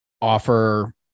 offer